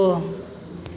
दो